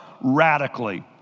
radically